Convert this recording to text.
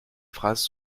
phrases